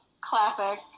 classic